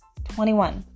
21